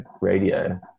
radio